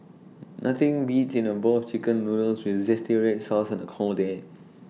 nothing beats in A bowl of Chicken Noodles with Red Sauce on A cold day